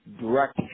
direct